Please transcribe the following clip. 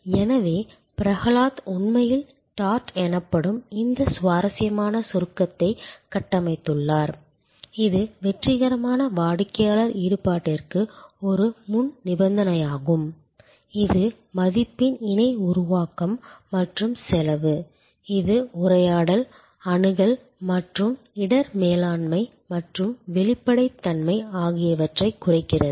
எனவே பிரஹலாத் உண்மையில் டார்ட் எனப்படும் இந்த சுவாரசியமான சுருக்கத்தை கட்டமைத்துள்ளார் இது வெற்றிகரமான வாடிக்கையாளர் ஈடுபாட்டிற்கு ஒரு முன்நிபந்தனையாகும் இது மதிப்பின் இணை உருவாக்கம் மற்றும் செலவு இது உரையாடல் அணுகல் மற்றும் இடர் மேலாண்மை மற்றும் வெளிப்படைத்தன்மை ஆகியவற்றைக் குறிக்கிறது